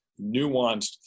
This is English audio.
nuanced